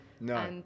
no